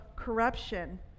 Corruption